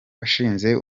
washinze